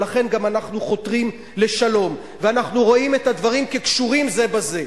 ולכן אנחנו גם חותרים לשלום ואנחנו רואים את הדברים כקשורים זה בזה.